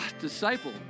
disciple